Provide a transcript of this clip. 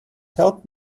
help